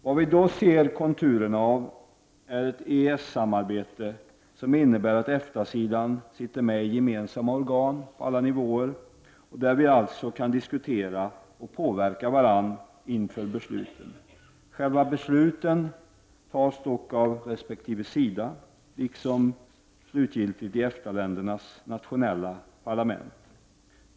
Vad vi då ser konturerna av är ett EES-samarbete som innebär att EFTA sidan sitter med i gemensamma organ på alla nivåer och där vi alltså kan diskutera och påverka varandra inför besluten. Själva besluten fattas dock av resp. sida, liksom slutgiltigt i EFTA-ländernas nationella parlament.